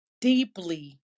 deeply